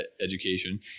education